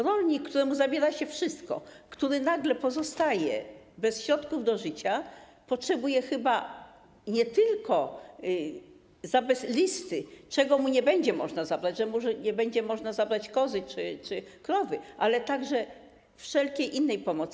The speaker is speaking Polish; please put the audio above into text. Rolnik, któremu zabiera się wszystko, który nagle pozostaje bez środków do życia, potrzebuje chyba nie tylko listy określającej, czego nie będzie można mu zabrać - że nie będzie można zabrać kozy czy krowy - ale także wszelkiej innej pomocy.